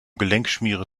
gelenkschmiere